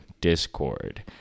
Discord